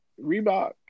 Reebok